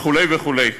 וכו' וכו'.